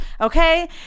okay